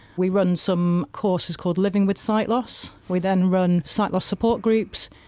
we run some courses called living with sight loss, we then run sight loss support groups.